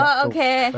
okay